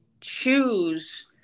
choose